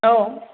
औ